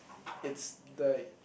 it's the